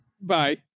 Bye